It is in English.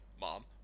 mom